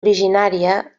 originària